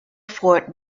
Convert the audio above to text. fort